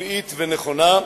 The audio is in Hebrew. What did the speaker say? טבעית ונכונה,